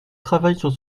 travaillent